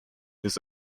his